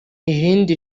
irindi